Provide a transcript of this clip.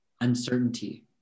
uncertainty